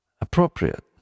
appropriate